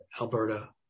Alberta